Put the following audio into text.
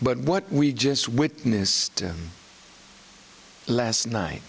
but what we just witnessed last night